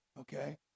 okay